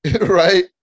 right